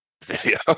video